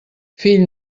fill